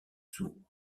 sourds